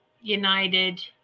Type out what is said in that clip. united